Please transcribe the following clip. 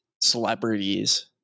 celebrities